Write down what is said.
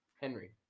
Henry